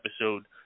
episode